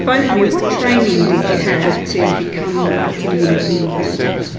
ah both of you, what training did you have to become a community visitor?